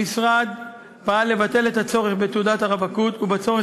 המשרד פעל לבטל את הצורך בתעודת הרווקות ובצורך